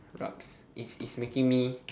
rabz it's it's making me